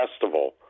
festival